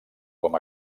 com